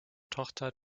tochter